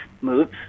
moves